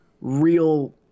real